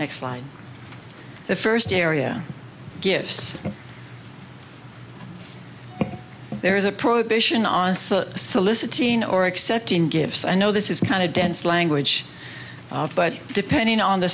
next line the first area gifts there is a prohibition on soliciting or accepting gifts i know this is kind of dense language but depending on the